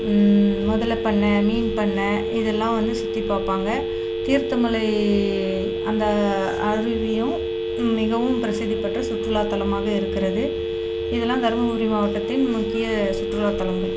முதலை பண்ணை மீன் பண்ணை இதெல்லாம் வந்து சுற்றி பார்ப்பாங்க தீர்த்தமலை அந்த அருவியும் மிகவும் பிரசித்தி பெற்ற சுற்றுலா தலமாக இருக்கிறது இதெல்லாம் தருமபுரி மாவட்டத்தின் முக்கிய சுற்றுலா தளங்கள்